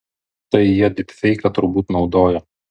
tai jie dypfeiką turbūt naudojo